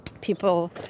people